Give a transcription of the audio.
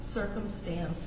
circumstance